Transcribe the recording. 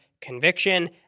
conviction